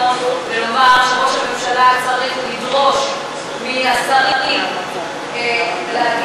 ונאמר שראש הממשלה צריך לדרוש מהשרים להגיב.